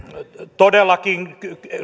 todellakin